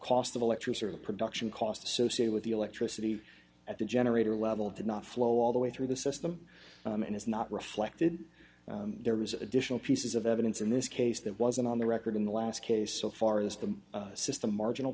cost of electricity production cost associated with the electricity at the generator level did not flow all the way through the system and it's not reflected there was additional pieces of evidence in this case that wasn't on the record in the last case so far as the system marginal